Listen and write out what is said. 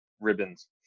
ribbons